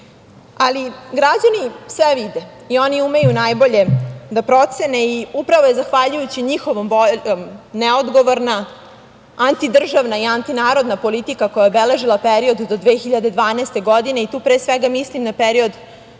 građani sve vide i oni umeju najbolje da procene i upravo je zahvaljujući njihovom voljom neodgovorna antidržavna i antinarodna politika koja je obeležila period do 2012. godine, tu pre svega mislim na period